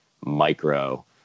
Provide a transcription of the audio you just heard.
micro